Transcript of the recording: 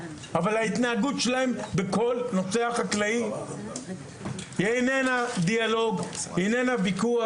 אבל ההתנהגות שלהם בכל נושא החקלאים היא איננה דיאלוג או ויכוח.